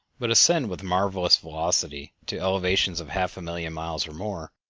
but ascend with marvelous velocity to elevations of half a million miles or more,